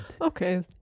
Okay